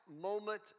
moment